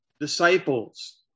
disciples